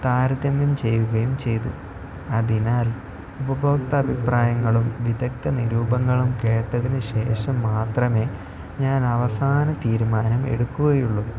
താരതമ്യം ചെയ്യുകയും ചെയ്തു അതിനാൽ ഉപഭോക്ത അഭിപ്രായങ്ങളും വിദഗ്ധ നിരൂപങ്ങളും കേട്ടതിന് ശേഷം മാത്രമേ ഞാൻ അവസാന തീരുമാനം എടുക്കുകയുള്ളൂ